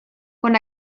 con